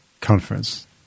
Conference